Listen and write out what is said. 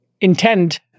intend